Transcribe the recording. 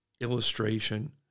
illustration